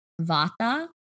Vata